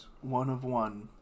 one-of-one